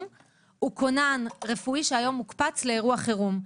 הוא כונן רפואי שהיום הוקפץ לאירוע חירום.